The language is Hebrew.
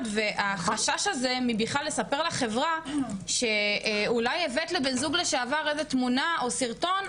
והחשש הזה מבכלל לספר לחברה שאולי הבאת לבן זוג לשעבר איזה תמונה או סרטון,